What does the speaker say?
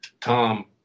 Tom